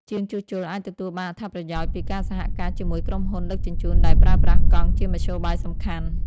ជាងជួសជុលអាចទទួលបានអត្ថប្រយោជន៍ពីការសហការជាមួយក្រុមហ៊ុនដឹកជញ្ជូនដែលប្រើប្រាស់កង់ជាមធ្យោបាយសំខាន់។